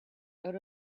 out